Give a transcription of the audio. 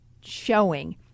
showing